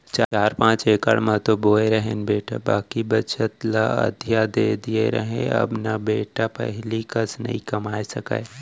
चार पॉंच इकड़ म तो बोए रहेन बेटा बाकी बचत ल अधिया दे दिए रहेंव अब न बेटा पहिली कस नइ कमाए सकव